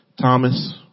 Thomas